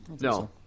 No